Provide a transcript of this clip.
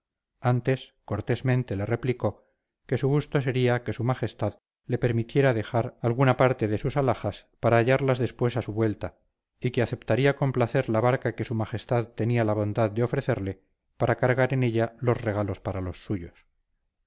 antes cortésmente le replicó que su gusto sería que su majestad le permitiera dejar alguna parte de sus alhajas para hallarlas después a su vuelta y que aceptaría con placer la barca que su majestad tenía la bondad de ofrecerle para cargar en ella los regalos para los suyos